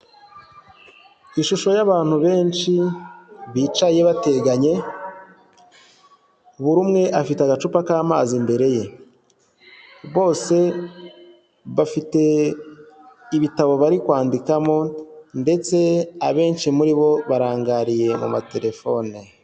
Ishusho y'abantu benshi bicaye bateganye, buri umwe afite agacupa k'amazi imbere ye, bose bafite ibitabo bari kwandikamo, ndetse abenshi muri bo barangariye muma telefone.